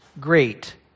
Great